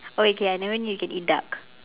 but wait K I never knew we can eat duck